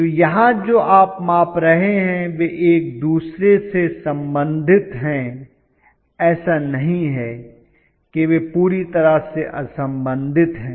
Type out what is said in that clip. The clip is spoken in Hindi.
तो यहां जो आप माप रहे हैं वे एक दूसरे से संबंधित हैं ऐसा नहीं है कि वे पूरी तरह से असंबंधित हैं